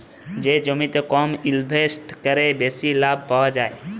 যে জমিতে কম ইলভেসেট ক্যরে বেশি লাভ পাউয়া যায়